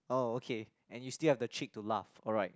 oh okay and you still have the cheek to laugh alright